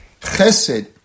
Chesed